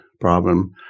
problem